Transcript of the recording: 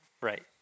right